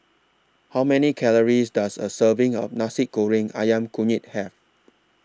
How Many Calories Does A Serving of Nasi Goreng Ayam Kunyit Have